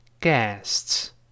guests